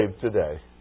today